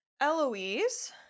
Eloise